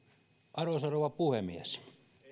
arvoisa rouva puhemies